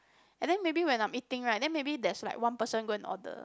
and then maybe when I'm eating right then maybe there's like one person go and order